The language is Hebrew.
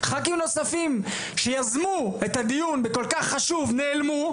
ח"כים נוספים שיזמו את הדיון כל כך חשוב נעלמו,